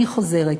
אני חוזרת,